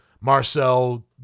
Marcel